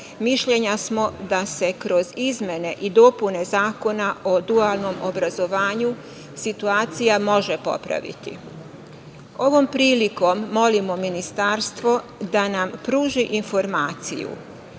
mišljenja smo da se kroz izmene i dopune Zakona o dualnom obrazovanju situacija može popraviti. Ovom prilikom molimo Ministarstvo da nam pruži informaciju